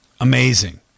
amazing